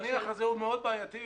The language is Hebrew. ה"זניח" הזה הוא מאוד בעייתי.